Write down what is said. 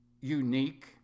unique